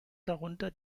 darunter